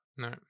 no